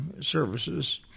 services